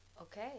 Okay